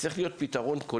הנקודה האחרונה,